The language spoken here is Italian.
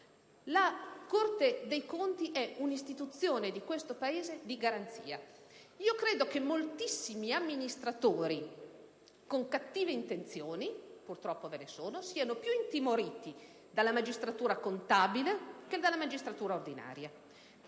la Corte dei conti è un'istituzione di garanzia. Tuttavia, credo che moltissimi amministratori con cattive intenzioni - purtroppo, ve ne sono - siano più intimoriti dalla magistratura contabile che dalla magistratura ordinaria.